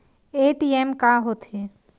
ATM का होथे?